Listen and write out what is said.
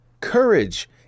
Courage